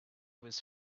was